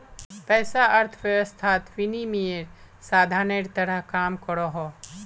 पैसा अर्थवैवस्थात विनिमयेर साधानेर तरह काम करोहो